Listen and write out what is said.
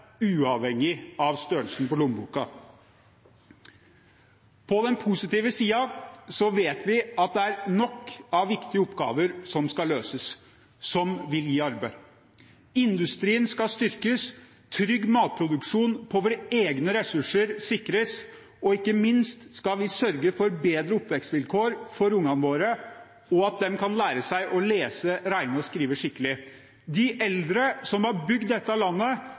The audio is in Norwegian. uavhengig av størrelsen på lommeboka. På den positive siden vet vi at det er nok av viktige oppgaver som skal løses, som vil gi arbeid: Industrien skal styrkes, trygg matproduksjon på våre egne ressurser sikres, og ikke minst skal vi sørge for bedre oppvekstvilkår for ungene våre, og at de kan lære seg å lese, regne og skrive skikkelig. De eldre, som har bygd dette landet,